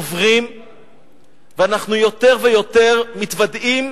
ואנחנו עוברים, ואנחנו יותר ויותר מתוודעים